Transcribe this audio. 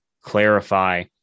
clarify